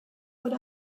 would